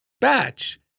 batch